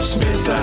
Smith &